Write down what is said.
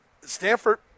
Stanford